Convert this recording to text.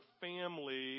family